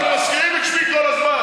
לא, אבל מזכירים את שמי כל הזמן.